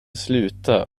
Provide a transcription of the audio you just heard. sluta